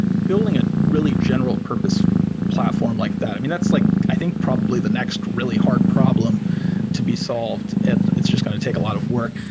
building a really general-purpose platform like that. i mean that's like i think probably the next really hard problem to be solved. and it's it's just going to take a lot of work.